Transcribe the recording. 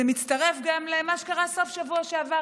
זה מצטרף גם למה שקרה בסוף שבוע שעבר,